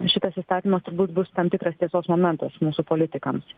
šitas įstatymas turbūt bus tam tikras tiesos momentas mūsų politikams